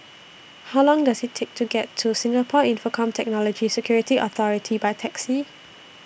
How Long Does IT Take to get to Singapore Infocomm Technology Security Authority By Taxi